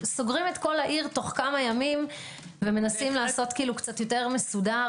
סוגרים את כל העיר תוך כמה ימים ומנסים לעשות קצת יותר מסודר?